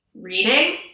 reading